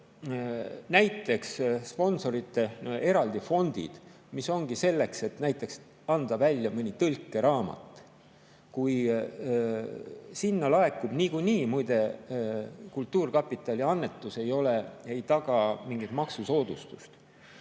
et näiteks sponsorite eraldi fondid, mis ongi selleks, et näiteks anda välja mõni tõlkeraamat – niikuinii muide kultuurkapitali annetus ei taga mingit maksusoodustust